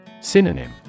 Synonym